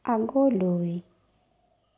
আগলৈ